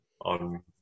on